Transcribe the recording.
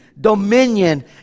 dominion